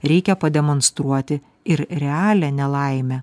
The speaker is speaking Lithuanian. reikia pademonstruoti ir realią nelaimę